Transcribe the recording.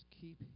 keep